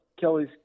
Kelly's